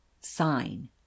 Sign